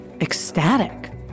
ecstatic